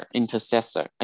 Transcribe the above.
intercessor